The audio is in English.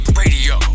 radio